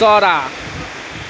चरा